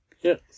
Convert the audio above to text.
Yes